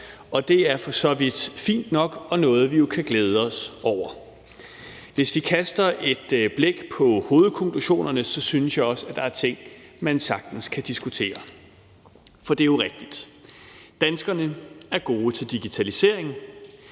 og det er for så vidt fint nok og noget, vi jo kan glæde os over. Hvis vi kaster et blik på hovedkonklusionerne, synes jeg også, at der er ting, man sagtens kan diskutere. For det er jo rigtigt, at danskerne er gode til digitalisering,